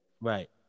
Right